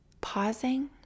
Pausing